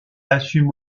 assume